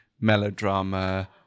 melodrama